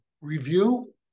review